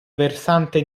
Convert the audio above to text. versante